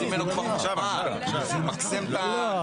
בבקשה ווליד, אני איתך.